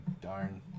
Darn